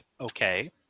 Okay